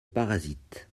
parasites